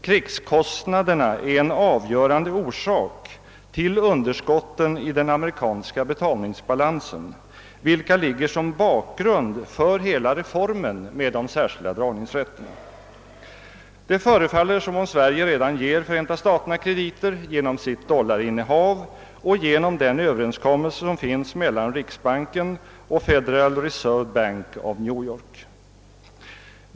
Krigskostnaderna är en avgörande orsak till underskotten i den amerikanska betalningsbalansen, vilka ligger som bakgrund för hela reformen med de särskilda dragningsrätterna. Det förefaller som om Sverige redan ger Förenta staterna krediter genom sitt dollarinnehav och genom den överenskommelse som finns mellan riksbanken och Federal Reserve Bank of New York.